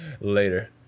later